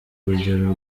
urugero